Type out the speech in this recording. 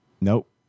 Nope